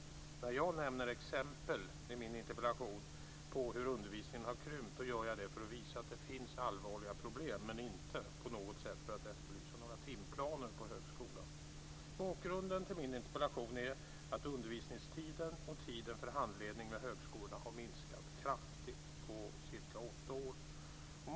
Orsaken till att jag nämner exempel på hur undervisningen har krympt i min interpellation är för att visa att det finns allvarliga problem, men jag gör det inte för att på något sätt efterlysa några timplaner på högskolan. Bakgrunden till min interpellation är att undervisningstiden och tiden för handledning i högskolorna har minskat kraftigt på cirka åtta år.